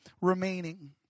remaining